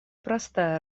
простая